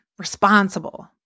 Responsible